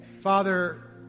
Father